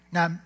Now